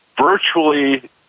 virtually